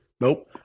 Nope